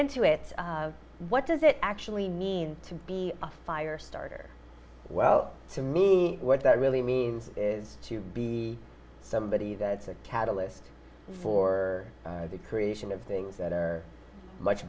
into it what does it actually mean to be a fire starter well to me what that really means is to be somebody that's a catalyst for the creation of things that are much